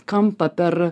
kampą per